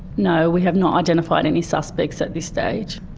no, we have not identified any suspects at this stage.